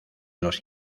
los